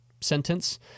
sentence